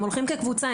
הם הולכים כקבוצה,